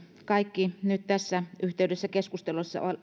kaikki nyt tässä yhteydessä keskustelussa